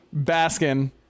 Baskin